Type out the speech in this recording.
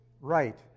right